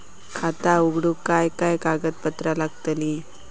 खाता उघडूक काय काय कागदपत्रा लागतली?